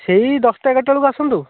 ସେଇ ଦଶଟା ଏଗାରଟା ବେଳକୁ ଆସନ୍ତୁ